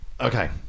Okay